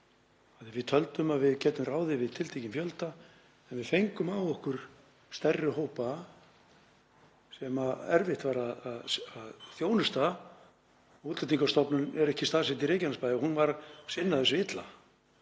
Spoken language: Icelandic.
Við töldum að við gætum ráðið við tiltekinn fjölda en við fengum á okkur stærri hópa sem erfitt var að þjónusta. Útlendingastofnun er ekki staðsett í Reykjanesbæ og hún sinnti þessu illa.